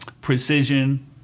precision